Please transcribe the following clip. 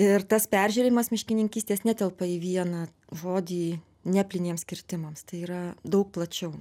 ir tas peržiūrėjimas miškininkystės netelpa į vieną žodį ne plyniems kirtimams tai yra daug plačiau